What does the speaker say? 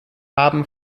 haben